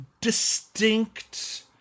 distinct